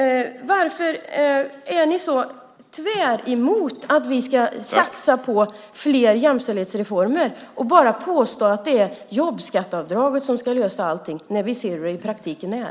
Varför är ni så tvärtemot att vi ska satsa på fler jämställdhetsreformer? Ni bara påstår att det är jobbskatteavdraget som ska lösa allting när vi ser hur det i praktiken är.